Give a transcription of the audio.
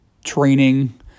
training